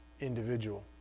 individual